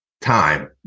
time